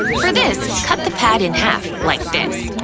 for this, cut the pad in half like this.